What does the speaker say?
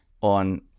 on